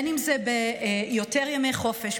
אם זה ביותר ימי חופשה,